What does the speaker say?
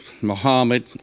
Muhammad